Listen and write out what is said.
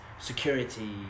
security